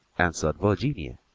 answered virginia.